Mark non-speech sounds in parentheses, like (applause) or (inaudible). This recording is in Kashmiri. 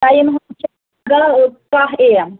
ٹایِم حظ سُہ چھُ (unintelligible) دَہ کاہ اے ایٚم